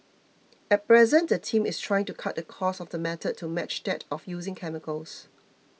at present the team is trying to cut the cost of the method to match that of using chemicals